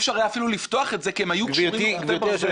אפשר היה אפילו לפתוח את זה כי הם היו קשורים בחוטי ברזל.